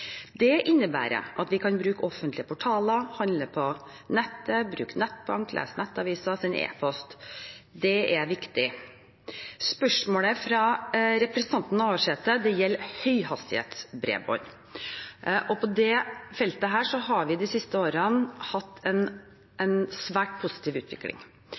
Det innebærer at vi kan bruke offentlige portaler, handle på nettet, bruke nettbank, lese nettaviser og sende e-post. Det er viktig. Spørsmålet fra representanten Navarsete gjelder høyhastighetsbredbånd. På dette feltet har vi de siste årene hatt en svært positiv utvikling.